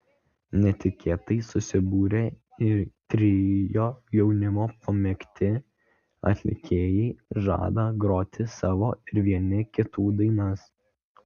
netikėtai susibūrę į trio jaunimo pamėgti atlikėjai žada groti savo ir vieni kitų dainas